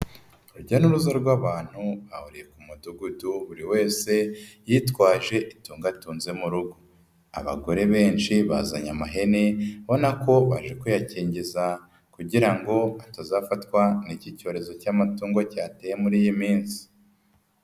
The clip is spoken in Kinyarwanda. IUrujya n'uruza rw'abantu bahuriye ku Mudugudu buri wese yitwaje itungo atunze mu rugo, abagore benshi bazanye amahene ubona ko baje kwiyakingiza kugira ngo atazafatwa n'iki cyorezo cy'amatungo cyateye muri iyi minsi.